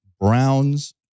Browns